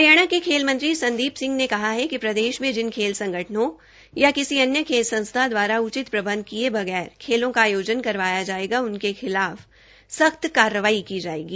हरियाणा के खेल मंत्री संदीप सिंह ने कहा है कि प्रदेश में जिन खेल संगठनों या किसी अन्य खेल संस्था द्वारा उचित प्रबंध किए बगैर खेलों का आयोजन करवाया जाएगा उनके खिलाफ सख्त कार्रवाई की जाएगी